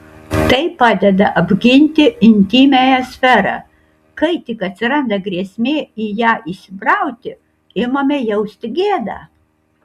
tai padeda apginti intymiąją sferą kai tik atsiranda grėsmė į ją įsibrauti imame jausti gėdą